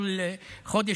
כל חודש,